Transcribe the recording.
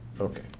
Okay